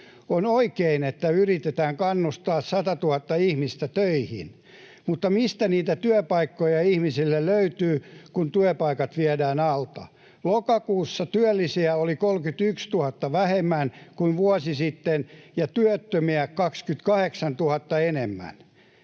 On oikein, että yritetään kannustaa 100 000 ihmistä töihin. Mutta mistä niitä työpaikkoja ihmisille löytyy, kun työpaikat viedään alta? Lokakuussa työllisiä oli 31 000 vähemmän kuin vuosi sitten ja työttömiä 28 000 enemmän.